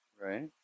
Right